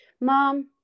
mom